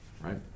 right